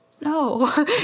No